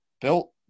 built